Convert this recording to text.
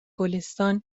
گلستان